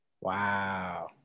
wow